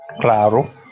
Claro